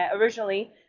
originally